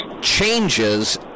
changes